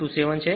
927 છે